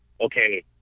okay